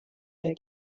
der